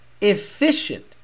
efficient